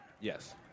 Yes